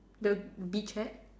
the beach hat